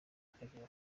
akagera